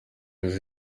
iyi